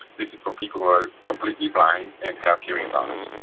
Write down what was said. this is for people who are completely blind and have hearing loss.